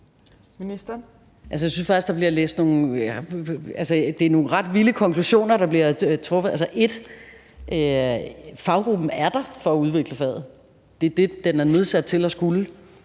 draget nogle ret vilde konklusioner. Altså, faggruppen er der for at udvikle faget, og det er det, den er nedsat til at skulle